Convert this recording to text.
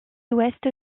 ouest